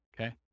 Okay